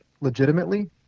legitimately